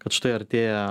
kad štai artėja